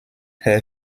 herr